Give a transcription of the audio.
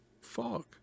fog